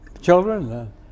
children